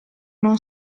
non